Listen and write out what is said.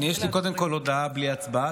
קודם כול יש לי הודעה בלי הצבעה,